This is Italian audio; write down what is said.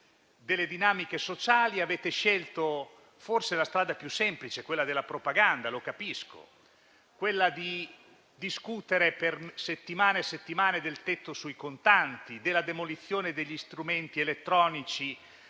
delle dinamiche sociali, avete scelto forse la strada più semplice, quella della propaganda (lo capisco), quella di discutere per settimane e settimane del tetto sui contanti, quella della demolizione degli strumenti elettronici